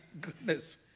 Goodness